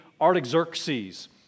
Artaxerxes